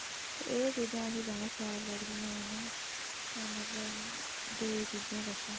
ते एह् चीजां असें जादा सुआद लगदियां न मतलब दूई चीजें कशा